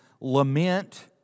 lament